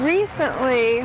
recently